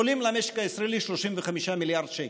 עולים למשק הישראלי 35 מיליארד שקל.